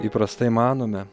įprastai manome